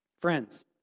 Friends